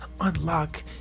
unlock